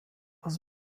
was